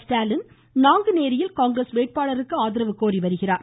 ஸ்டாலின் நாங்குநேரியில் காங்கிரஸ் திமுக வேட்பாளருக்கு ஆதரவு கோரி வருகிறார்